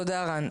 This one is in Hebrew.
תודה רן.